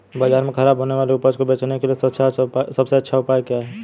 बाजार में खराब होने वाली उपज को बेचने के लिए सबसे अच्छा उपाय क्या है?